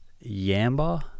Yamba